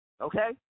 Okay